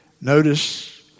Notice